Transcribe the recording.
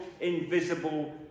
invisible